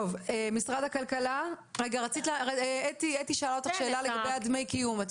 חברת הכנסת אתי עטייה שאלה אותך שאלה לגבי דמי הקיום.